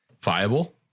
viable